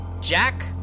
Jack